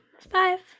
five